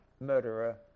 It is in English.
murderer